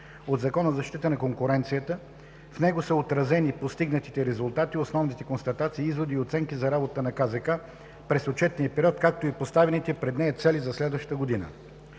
от Закона за защита на конкуренцията. В него са отразени постигнатите резултати, основните констатации, изводи и оценки за работата на КЗК през отчетния период, както и поставените пред нея цели за следващата година.